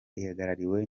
ihagarariwe